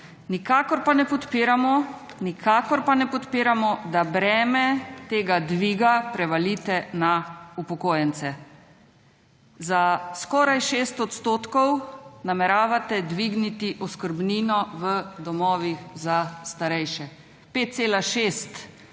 Nikakor pa ne podpiramo, da breme tega dviga prevalite na upokojence. Za skoraj 6 odstotkov nameravate dvigniti oskrbnino v domovih za starejše, 5,6